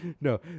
No